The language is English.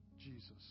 Jesus